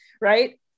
right